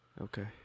Okay